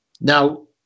Now